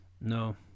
No